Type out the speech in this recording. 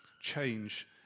change